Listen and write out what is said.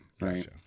right